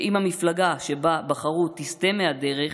שאם המפלגה שבה בחרו תסטה מהדרך,